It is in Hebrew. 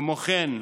כמו כן,